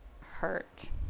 hurt